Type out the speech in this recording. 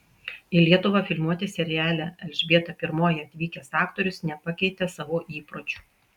į lietuvą filmuotis seriale elžbieta i atvykęs aktorius nepakeitė savo įpročių